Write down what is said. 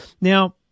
Now